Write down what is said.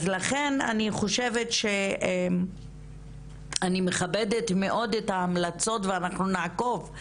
לכן, אני מכבדת מאוד את ההמלצות ואנחנו נעקוב.